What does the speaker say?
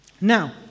Now